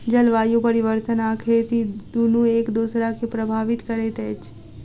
जलवायु परिवर्तन आ खेती दुनू एक दोसरा के प्रभावित करैत अछि